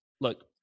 look